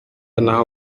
naho